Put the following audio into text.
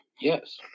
yes